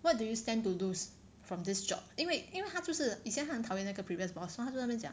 what do you stand to lose from this job 因为因为他就是以前他很讨厌那个 previous boss 他就在那边讲